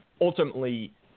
ultimately